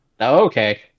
Okay